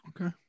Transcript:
Okay